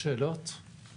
יכול להיות.